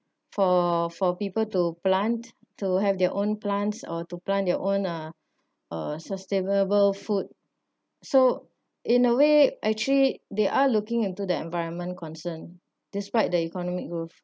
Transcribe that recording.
for for people to plant to have their own plants or to plant their own uh uh sustainable food so in a way actually they are looking into the environment concern despite the economic growth